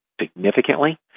significantly